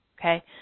okay